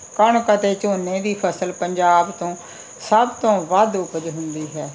ਕਣਕ ਅਤੇ ਝੋਨੇ ਦੀ ਫਸਲ ਪੰਜਾਬ ਤੋਂ ਸਭ ਤੋਂ ਵੱਧ ਉਪਜ ਹੁੰਦੀ ਹੈ